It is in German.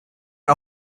wir